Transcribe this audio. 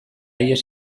ihes